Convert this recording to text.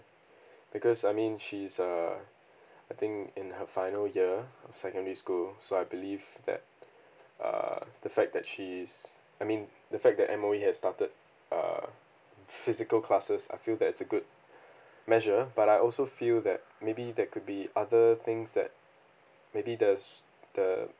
because I mean she's err I think in her final year of secondary school so I believe that err the fact that she's I mean the fact that M_O_E has started err physical classes I feel that's a good measure but I also feel that maybe there could be other things that maybe the s~ the